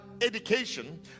education